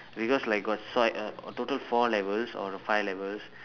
because like got so like total four levels or five levels